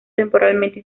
temporalmente